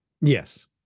Yes